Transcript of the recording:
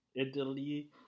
Italy